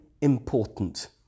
important